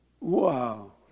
Wow